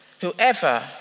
whoever